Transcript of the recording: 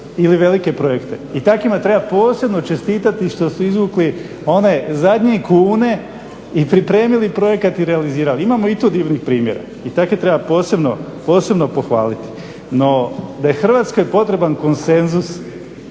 ili velike projekte i takvima treba posebno čestitati što su izvukli one zadnje kune i pripremili projekat i realizirali. Imamo i tu divnih primjera i takve treba posebno pohvaliti. No da je Hrvatskoj potreban konsenzus,